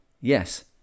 Yes